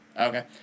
Okay